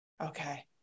Okay